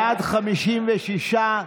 בעד, 56,